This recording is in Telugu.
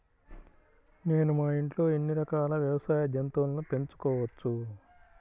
నేను మా ఇంట్లో ఎన్ని రకాల వ్యవసాయ జంతువులను పెంచుకోవచ్చు?